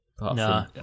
No